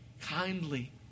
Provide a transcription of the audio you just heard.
kindly